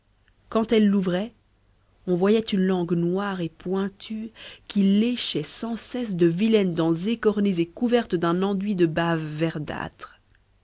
quand elle l'ouvrait on voyait une langue noire et pointue qui léchait sans cesse de vilaines dents écornées et couvertes d'un enduit de bave verdâtre